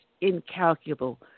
incalculable